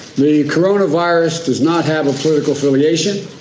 the corona virus does not have a political affiliation.